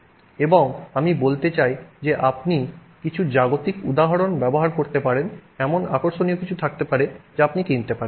এবং আমি বলতে চাই যে আপনি কিছু জাগতিক উদাহরণ ব্যবহার করতে পারেন এমন আকর্ষণীয় কিছু থাকতে পারে যা আপনি কিনতে পারেন